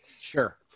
Sure